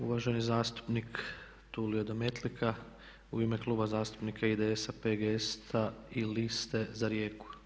Uvaženi zastupnik Tulio Demetlika u ime Kluba zastupnika IDS-a, PGS-a i Liste za Rijeku.